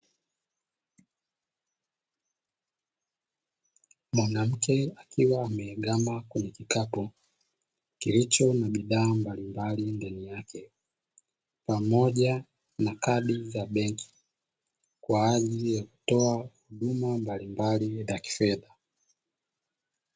Mwanamke akiwa ameegama kwenye kikapu kilicho na bidhaa mbalimbali ndani yake, pamoja na kadi za benki kwa ajili ya kutoa huduma mbalimbali za kifedha.